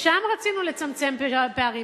ששם רצינו לצמצם פערים,